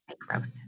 growth